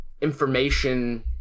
information